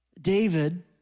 David